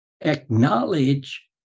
Acknowledge